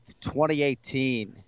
2018